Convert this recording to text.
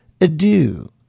adieu